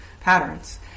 patterns